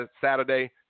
Saturday